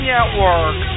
Network